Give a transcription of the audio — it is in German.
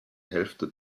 hälfte